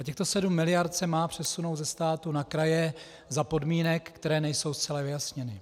Těchto 7 miliard se má přesunout ze státu na kraje za podmínek, které nejsou zcela vyjasněny.